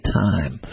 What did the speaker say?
time